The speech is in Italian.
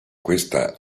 questa